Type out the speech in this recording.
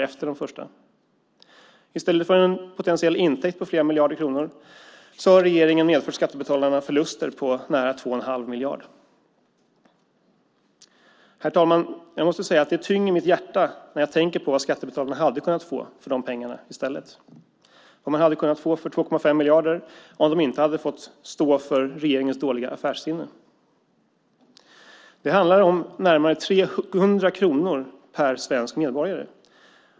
I stället för en potentiell intäkt på flera miljarder kronor har regeringen påfört skattebetalarna förluster på nära 2 1⁄2 miljard. Herr talman! Jag måste säga att det tynger mitt hjärta när jag tänker på vad skattebetalarna hade kunnat få för de pengarna i stället, vad de hade kunnat få för 2,5 miljarder om de inte hade fått stå för regeringens dåliga affärssinne. Det handlar om närmare 300 kronor per svensk medborgare.